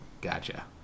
Gotcha